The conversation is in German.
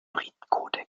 hybridcodec